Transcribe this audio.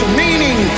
meaning